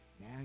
now